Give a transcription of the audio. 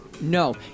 No